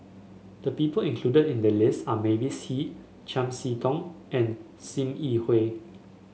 the people included in the list are Mavis Hee Chiam See Tong and Sim Yi Hui